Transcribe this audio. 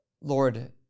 Lord